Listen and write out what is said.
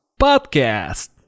Podcast